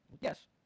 Yes